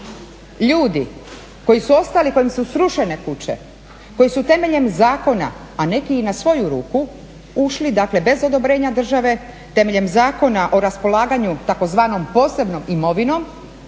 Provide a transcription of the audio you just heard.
ljudi koji su ostali, kojima su srušene kuće, koji su temeljem zakona, a neki i na svoju ruku ušli, dakle bez odobrenja države, temeljem Zakona o raspolaganju tzv. posebnom imovinom,